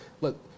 look